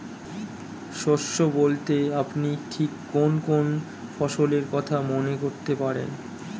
শস্য বলতে আপনি ঠিক কোন কোন ফসলের কথা মনে করতে পারেন?